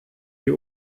die